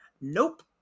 Nope